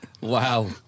Wow